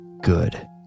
Good